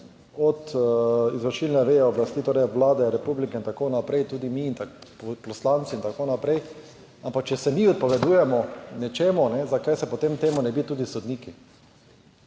od izvršilne veje oblasti, torej Vlade republike in tako naprej, tudi mi poslanci in tako naprej, ampak če se mi odpovedujemo nečemu, zakaj se potem temu ne bi tudi sodniki.